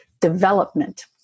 development